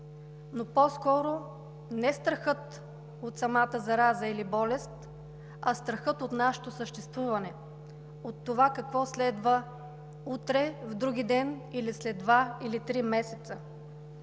но по-скоро не страхът от самата зараза или болест, а страхът от нашето съществуване, от това какво следва утре, вдругиден, след два или три месеца.